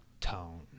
tone